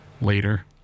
later